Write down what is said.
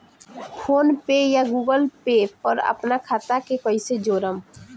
PhonePe या Google Pay पर अपना खाता के कईसे जोड़म?